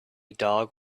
dog